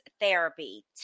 Therapy